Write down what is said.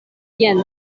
jen